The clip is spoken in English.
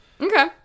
Okay